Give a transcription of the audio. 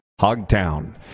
Hogtown